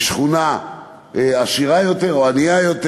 משכונה עשירה יותר או ענייה יותר.